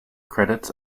credits